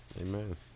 amen